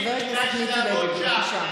כדאי שתעבוד שם.